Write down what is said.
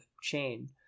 chain